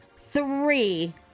three